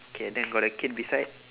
K then got a kid beside